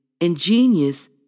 ingenious